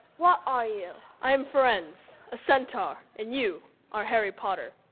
what are you? i'm firenze, a centaur, and you are harry potter.